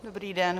Dobrý den.